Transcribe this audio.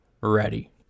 ready